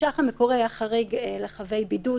בתקש"ח המקורי היה חריג לחייבי בידוד,